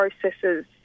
processes